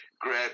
Grab